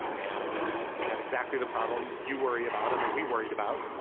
and we had exactly the problems you worry about and that we worried about.